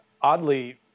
oddly